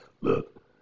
Look